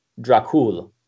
Dracul